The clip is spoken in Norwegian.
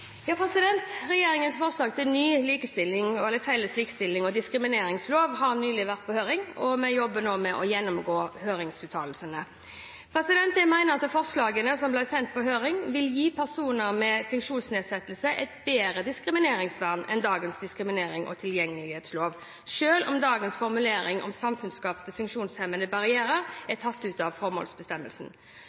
Regjeringens forslag til en ny, felles likestillings- og diskrimineringslov har nylig vært på høring, og vi jobber nå med å gjennomgå høringsuttalelsene. Jeg mener at forslagene som ble sendt på høring, vil gi personer med funksjonsnedsettelser et bedre diskrimineringsvern enn dagens diskriminerings- og tilgjengelighetslov, selv om dagens formulering om samfunnsskapte funksjonshemmende barrierer er tatt ut av formålsbestemmelsen.